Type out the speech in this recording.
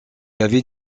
avait